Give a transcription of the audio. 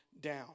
down